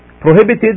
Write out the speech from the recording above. prohibited